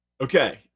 Okay